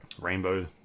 rainbow